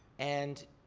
and,